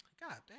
goddamn